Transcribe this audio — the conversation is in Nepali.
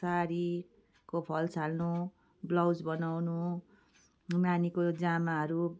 साडीको फल्स हाल्नु ब्लाउज बनाउनु नानीको जामाहरू